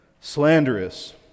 slanderous